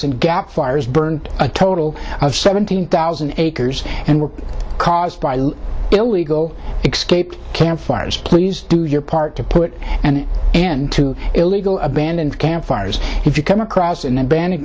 and gap fires burned a total of seventeen thousand acres and were caused by illegal exclaimed campfires please do your part to put an end to illegal abandon campfires if you come across in a ban